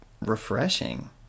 refreshing